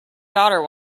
daughter